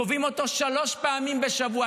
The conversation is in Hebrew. קובעים אותו שלוש פעמים בשבוע,